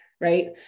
right